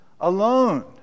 alone